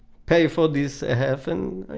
pay for this half and,